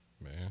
man